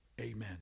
amen